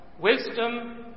wisdom